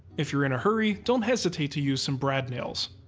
if you're in a hurry, don't hesitate to use some brad nails.